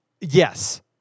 yes